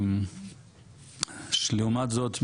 לעומת זאת,